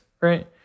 right